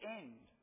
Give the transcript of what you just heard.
end